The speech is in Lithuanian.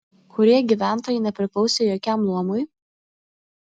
kurie gyventojai nepriklausė jokiam luomui